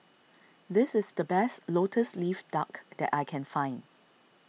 this is the best Lotus Leaf Duck that I can find